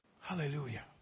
Hallelujah